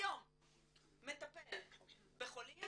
היום, מטפל בחולים